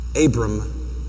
Abram